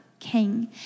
king